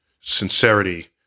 sincerity